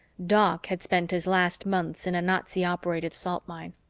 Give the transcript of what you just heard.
doc had spent his last months in a nazi-operated salt mine.